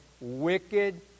wicked